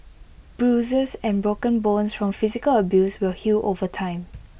bruises and broken bones from physical abuse will heal over time